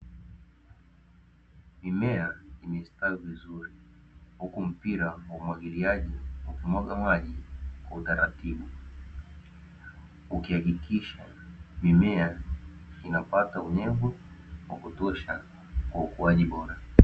Mimea imestawi vizuri huku mpira wa umwagiliaji, ukimwaga maji kwa taratibu ukihakikisha mimea inapata unyevu wa kutosha kwa ukuaji bora.